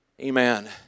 amen